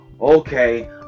okay